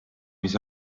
mis